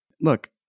Look